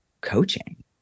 coaching